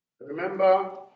Remember